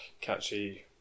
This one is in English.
Catchy